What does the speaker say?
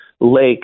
Lake